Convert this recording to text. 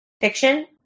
fiction